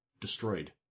destroyed